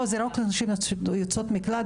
זה לא רק נשים יוצאות מקלט.